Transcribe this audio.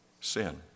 Sin